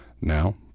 now